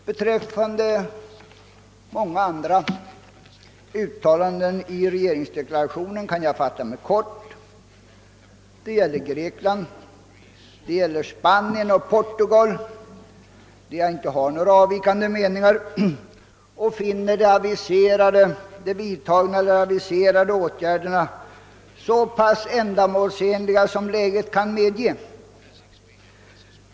Beträffande många andra uttalanden i regeringsdeklarationen kan jag fatta mig kort. Det gäller Grekland, det gäller Spanien och det gäller Portugal, där jag inte hyser någon avvikande mening utan finner de vidtagna eller aviserade åtgärderna så ändamålsenliga som läget medger att de kan bli.